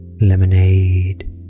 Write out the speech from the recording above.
lemonade